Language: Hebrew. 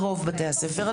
ברוב בתי הספר.